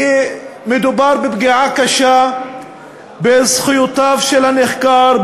כי מדובר בפגיעה קשה בזכויותיו של הנחקר,